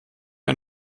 ein